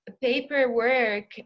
paperwork